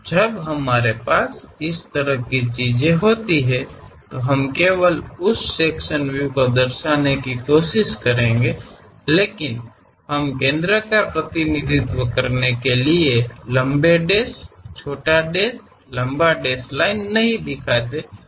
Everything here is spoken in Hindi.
जब हमारे पास इस तरह की चीज होती है तो हम केवल उस सेक्शन व्यू को दर्शाने की कोशिस करेंगे लेकिन हम केंद्र का प्रतिनिधित्व करने के लिए लंबे डेश छोटा डेश लंबा डेश लाइन नहीं दिखाते हैं